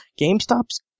GameStop's